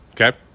Okay